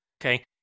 okay